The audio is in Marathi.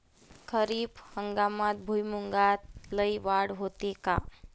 खरीप हंगामात भुईमूगात लई वाढ होते का?